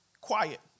quiet